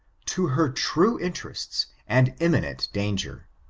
to her true interests and imminent danger.